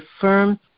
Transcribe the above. firm